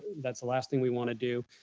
that's the last thing we wanna do.